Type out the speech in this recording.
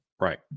Right